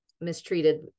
mistreated